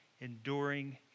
enduring